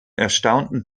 erstaunten